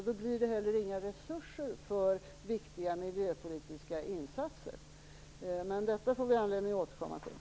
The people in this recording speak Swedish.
Då blir det heller inga resurser för viktiga miljöpolitiska insatser. Men detta får vi anledning att återkomma till.